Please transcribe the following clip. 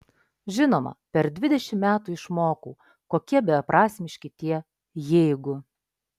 žinoma per dvidešimt metų išmokau kokie beprasmiški tie jeigu